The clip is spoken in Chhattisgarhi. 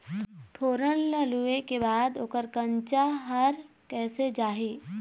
फोरन ला लुए के बाद ओकर कंनचा हर कैसे जाही?